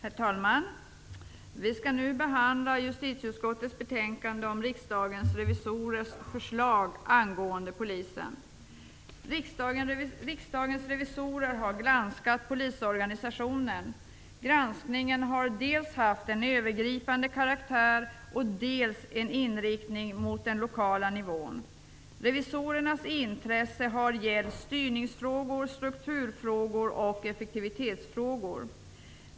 Herr talman! Vi skall nu behandla justitieutskottets betänkande om riksdagens revisorers förslag angående polisen. Riksdagens revisorer har granskat polisorganisationen. Granskningen har dels haft en övergripande karaktär, dels en inriktning mot den lokala nivån. Revisorernas intresse har gällt styrningsfrågor, strukturfrågor och effektivitetsfrågor.